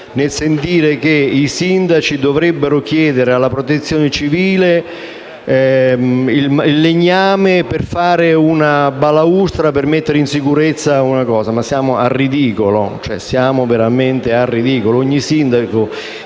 nel sentire che i sindaci dovrebbero chiedere alla Protezione civile il legname per fare una balaustra per mettere in sicurezza una struttura. Siamo al ridicolo. Ogni sindaco,